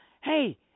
hey